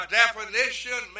definition